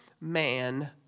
man